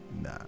Nah